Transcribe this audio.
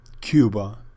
Cuba